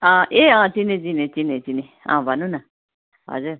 अँ ए अँ चिनेँ चिनेँ चिनेँ चिनेँ अँ भन्नु न हजुर